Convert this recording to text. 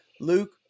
Luke